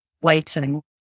waiting